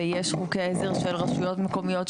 ויש חוקי עזר של רשויות מקומיות,